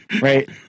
Right